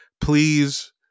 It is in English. Please